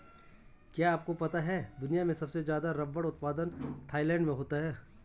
क्या आपको पता है दुनिया में सबसे ज़्यादा रबर उत्पादन थाईलैंड में होता है?